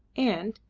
and,